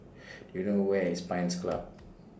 Do YOU know Where IS Pines Club